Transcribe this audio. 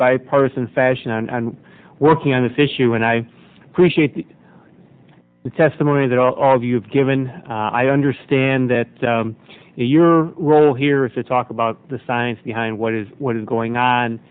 bipartisan fashion and working on this issue and i appreciate the testimony that all of you have given i understand that your role here to talk about the science behind what is what is going on